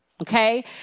Okay